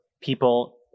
people